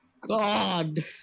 God